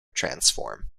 transform